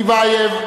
טיבייב.